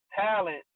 talent